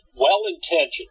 Well-intentioned